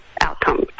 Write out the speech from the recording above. outcomes